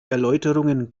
erläuterungen